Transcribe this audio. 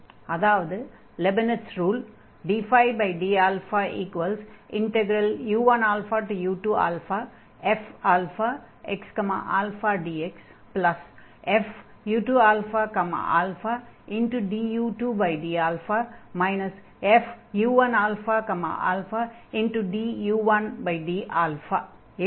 அதாவது Leibniz rule dd u1u2fxαdx fu2ααdu2dα fu1ααdu1dα